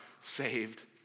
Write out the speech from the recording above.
saved